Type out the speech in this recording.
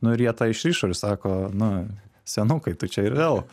nu ir jie tą išrišo ir sako nu senukai tu čia ir vėl